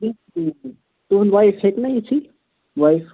تُہُنٛد وایِف ہیٚکہِ نا یِتھٕے وایِف